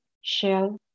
shell